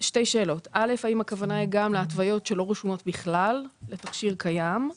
שתי שאלות א' האם הכוונה היא גם להתוויות שלא רשומות בכלל ל תכשיר קיים?